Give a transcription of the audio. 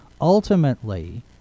ultimately